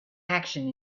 action